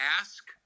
ask